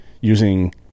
using